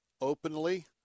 openly